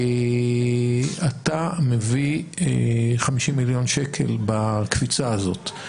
אתה מביא 50 מיליון שקל בקפיצה הזאת.